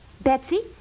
Betsy